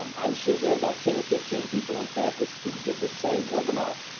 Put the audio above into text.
um i'm sure there are about ten or fifteen people on campus who could give this same webinar,